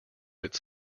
its